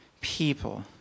people